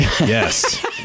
Yes